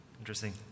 Interesting